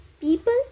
people